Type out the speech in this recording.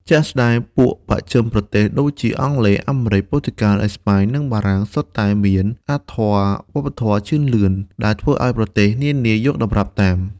ជាក់ស្ដែង ពួកបស្ចិមប្រទេសដូចជាអង់គ្លេស អាមេរិក ព័រទុយហ្គាល់ អេស្ប៉ាញ និងបារាំង សុទ្ធតែមានអារ្យធម៌វប្បធម៌ជឿនលឿន ដែលធ្វើឱ្យប្រទេសនានាយកតម្រាប់តាម។